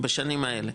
בשנים האלה.